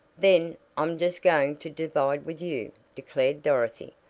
then i'm just going to divide with you, declared dorothy,